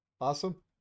awesome